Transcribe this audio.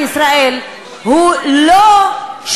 לא לכוון,